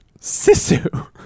Sisu